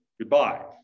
Goodbye